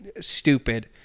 stupid